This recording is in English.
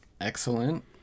Excellent